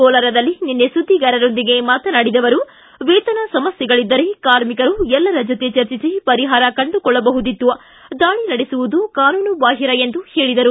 ಕೋಲಾರದಲ್ಲಿ ನಿನ್ನೆ ಸುದ್ದಿಗಾರರೊಂದಿಗೆ ಮಾತನಾಡಿದ ಅವರು ವೇತನ ಸಮಸ್ಥೆಗಳಿದ್ದರೆ ಕಾರ್ಮಿಕರು ಎಲ್ಲರ ಜೊತೆ ಚರ್ಚಿಸಿ ಪರಿಹಾರ ಕಂಡುಕೊಳ್ಳಬಹುದಿತ್ತು ದಾಳಿ ನಡೆಸುವುದು ಕಾನೂನು ಬಾಹಿರ ಚಟುವಟಕೆಯಾಗಿದೆ ಎಂದರು